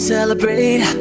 Celebrate